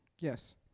Yes